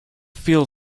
feel